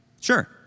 sure